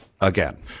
Again